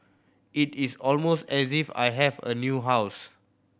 it is almost as if I have a new house